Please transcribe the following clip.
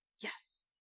Yes